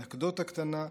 אנקדוטה קטנה,